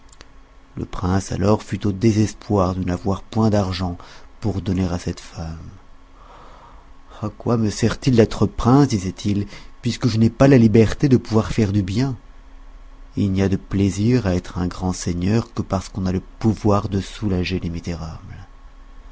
le prince alors fut au désespoir de n'avoir point d'argent pour donner à cette femme a quoi me sert-il d'être prince disait-il puisque je n'ai pas la liberté de pouvoir faire du bien il n'y a de plaisir à être grand seigneur que parce qu'on a le pouvoir de soulager les misérables